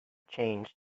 changed